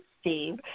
Steve